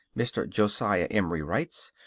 mr. josiah emery writes,